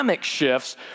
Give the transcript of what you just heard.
Shifts